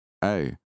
Hey